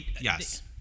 Yes